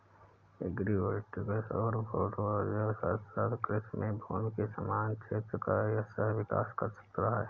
agri voltaic सौर photovoltaic ऊर्जा के साथ साथ कृषि के लिए भूमि के समान क्षेत्र का सह विकास कर रहा है